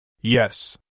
Yes